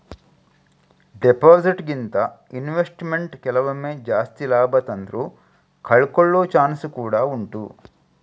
deposit ಗಿಂತ investment ಕೆಲವೊಮ್ಮೆ ಜಾಸ್ತಿ ಲಾಭ ತಂದ್ರೂ ಕಳ್ಕೊಳ್ಳೋ ಚಾನ್ಸ್ ಕೂಡಾ ಉಂಟು